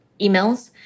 emails